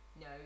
No